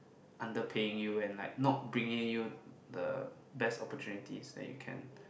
underpaying you and like not bringing you the best opportunities that you can